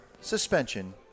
suspension